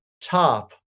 top